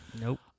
Nope